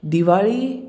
Diwali